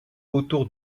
autour